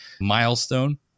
milestone